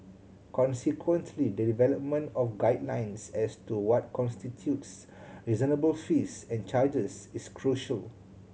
consequently the development of guidelines as to what constitutes reasonable fees and charges is crucial